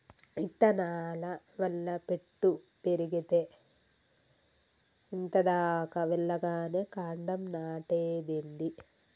ఇత్తనాల వల్ల పెట్టు పెరిగేతే ఇంత దాకా వెల్లగానే కాండం నాటేదేంది